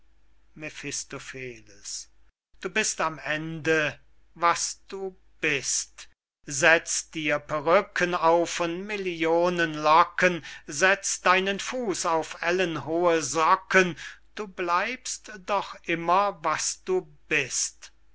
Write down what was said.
du bist am ende was du bist setz dir perrücken auf von millionen locken setz deinen fuß auf ellenhohe socken du bleibst doch immer was du bist